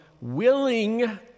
willing